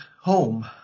home